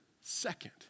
second